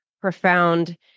profound